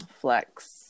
flex